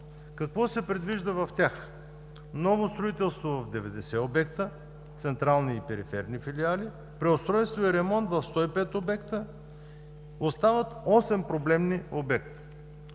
Какво се предвижда в тях? Ново строителство в 90 обекта – централни и периферни филиали, преустройство и ремонт в 105 обекта. Остават осем проблемни обекта.